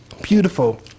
Beautiful